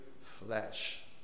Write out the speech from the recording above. flesh